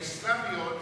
האסלאמיות,